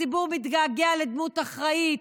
הציבור מתגעגע לדמות אחראית,